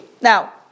Now